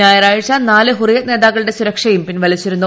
ഞായറാഴ്ച നാലു ഹുറിയത്ത് നേതാക്കളുടെ സുരക്ഷയും പിൻവലിച്ചിരുന്നു